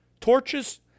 torches